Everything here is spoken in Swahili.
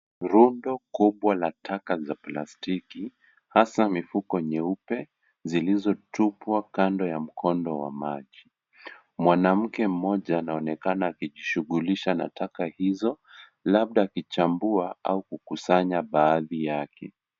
Rudo kubwa la taka za plastiki hasa mifuko nyeupe zilizotupwa kando ya mkondo wa maji. Mwanamke moja anaonekana akijishughulisha na taka hizo, labda akichambua au kukusanya baadhi yake.